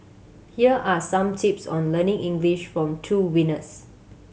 here are some tips on learning English from two winners